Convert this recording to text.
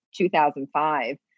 2005